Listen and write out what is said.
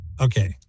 Okay